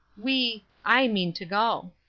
we i mean to go.